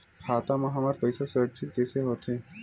खाता मा हमर पईसा सुरक्षित कइसे हो थे?